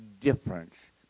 difference